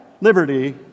liberty